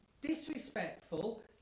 disrespectful